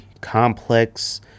Complex